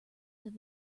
have